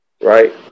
Right